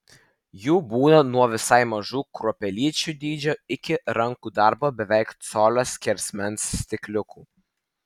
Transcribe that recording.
jų būna nuo visai mažų kruopelyčių dydžio iki rankų darbo beveik colio skersmens stikliukų